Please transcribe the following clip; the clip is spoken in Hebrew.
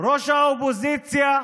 ראש האופוזיציה,